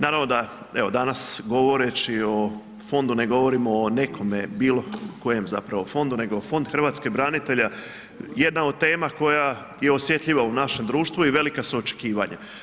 Naravno da evo danas govoreći o Fondu, ne govorimo o nekome bilo kojem zapravo fondu, nego Fond hrvatskih branitelja, jedna od tema koja je osjetljiva u našem društvu i velika su očekivanja.